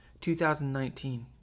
2019